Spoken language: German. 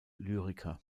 lyriker